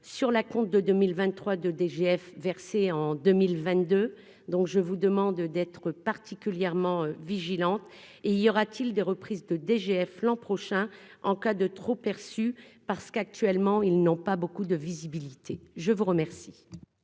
sur la compte de 2023 2 DGF versé en 2022 donc je vous demande d'être particulièrement vigilante et il y aura-t-il des reprises de DGF l'an prochain en cas de trop-perçu parce qu'actuellement, ils n'ont pas beaucoup de visibilité, je vous remercie.